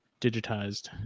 digitized